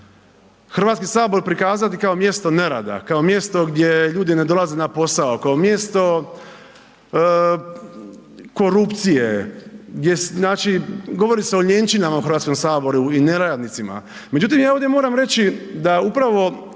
pokušava HS prikazati kao mjesto nerada, kao mjesto gdje ljudi ne dolaze na posao, kao mjesto korupcije, gdje znači, govori se o lijenčinama u Hrvatskom saboru i neradnicima. Međutim ja ovdje moram reći da upravo